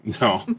No